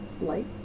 light